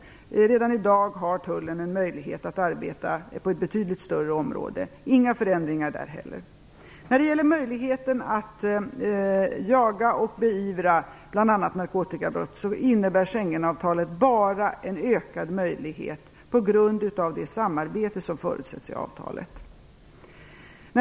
Redan i dag har tullen möjlighet att arbeta på ett betydligt större område. Det kommer alltså inte att ske några förändringar där. När det gäller möjligheten att bekämpa och beivra bl.a. narkotikabrott innebär Schengenavtalet bara en ökad möjlighet på grund av det samarbete som förutsätts i avtalet.